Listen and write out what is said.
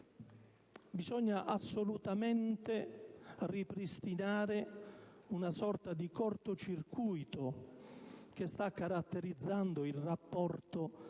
Bisogna cioè assolutamente sanare questa sorta di cortocircuito che sta caratterizzando il rapporto